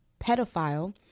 pedophile